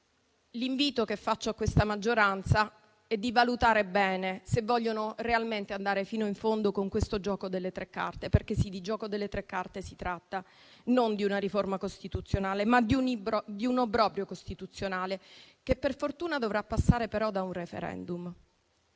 L'invito che pertanto rivolgo a questa maggioranza è di valutare bene se vuole realmente andare fino in fondo con questo gioco delle tre carte. Sì, è di gioco delle tre carte che si tratta: si tratta non di una riforma costituzionale, ma di un obbrobrio costituzionale, che per fortuna dovrà passare però da un *referendum*.